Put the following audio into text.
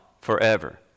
forever